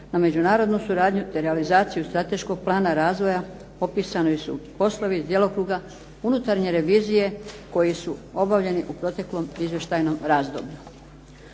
na međunarodnu suradnju, te realizaciju strateškog plana razvoja. Opisani su poslovi iz djelokruga unutarnje revizije koji su obavljeni u proteklom izvještajnom razdoblju.